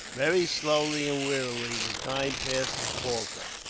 very slowly and wearily the time passed at falta.